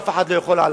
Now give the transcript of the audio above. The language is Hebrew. אף אחד לא יכול עליו,